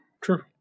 true